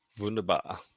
Wunderbar